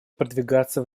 продвигаться